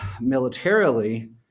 Militarily